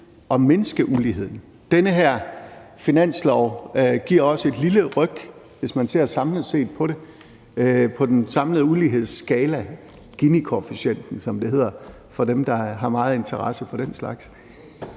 at mindske uligheden. Den her finanslov giver også et lille ryk, hvis man ser samlet på den samlede ulighedsskala – Ginikoefficienten, som det hedder, for dem, der har meget interesse for den slags.